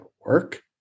work